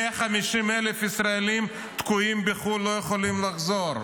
150,000 ישראלים תקועים בחו"ל ולא יכולים לחזור.